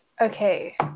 Okay